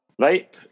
right